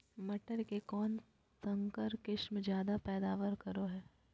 मटर के कौन संकर किस्म जायदा पैदावार करो है?